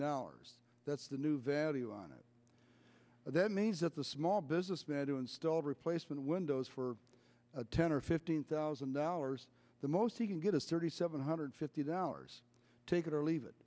dollars that's the new value on it but that means that a small businessman to install replacement windows for ten or fifteen thousand dollars the most he can get is thirty seven hundred fifty dollars take it or leave it